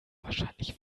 wahrscheinlich